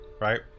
Right